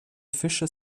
fischer